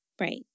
Right